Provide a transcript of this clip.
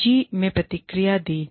निजी में प्रतिक्रिया दी